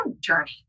journey